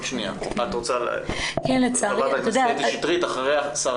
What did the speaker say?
ח"כ קטי שטרית אחריה שרה